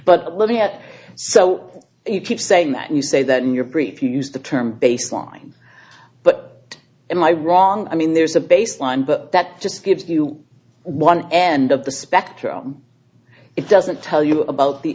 me at so you keep saying that you say that in your brief you used the term baseline but am i wrong i mean there's a baseline but that just gives you one end of the spectrum it doesn't tell you about the